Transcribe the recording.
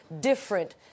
different